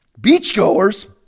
beachgoers